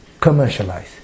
commercialize